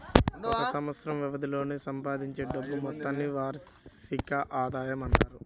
ఒక సంవత్సరం వ్యవధిలో సంపాదించే డబ్బు మొత్తాన్ని వార్షిక ఆదాయం అంటారు